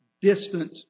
distant